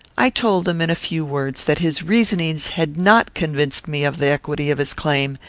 i told him, in few words, that his reasonings had not convinced me of the equity of his claim,